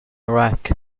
iraq